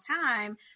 time